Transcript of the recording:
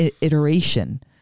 iteration